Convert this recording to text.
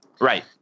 Right